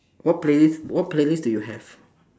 what playlist what playlist do you have